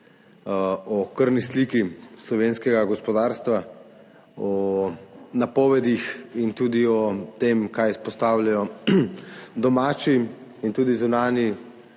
o krvni sliki slovenskega gospodarstva, o napovedih in tudi o tem, kaj izpostavljajo domači in zunanji